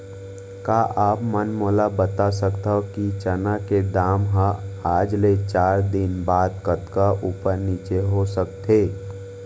का आप मन मोला बता सकथव कि चना के दाम हा आज ले चार दिन बाद कतका ऊपर नीचे हो सकथे?